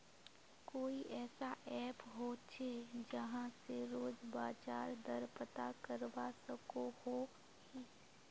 कोई ऐसा ऐप होचे जहा से रोज बाजार दर पता करवा सकोहो ही?